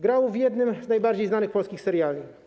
Grał w jednym z najbardziej znanych polskich seriali.